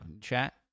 chat